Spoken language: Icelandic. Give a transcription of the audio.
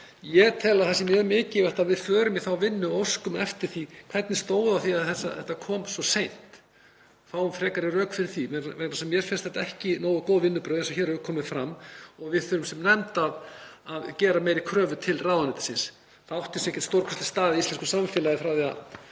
Ég tel að það sé mjög mikilvægt að við förum í þá vinnu og óskum eftir svörum við því hvernig stóð á því að þetta kom svona seint, fáum frekari rök fyrir því, vegna þess að mér finnst þetta ekki nógu góð vinnubrögð eins og hér hefur komið fram og við þurfum sem nefnd að gera meiri kröfu til ráðuneytisins. Það átti sér ekkert stórkostlegt stað í íslensku samfélagi frá því að